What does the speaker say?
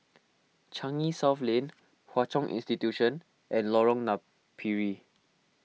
Changi South Lane Hwa Chong Institution and Lorong Napiri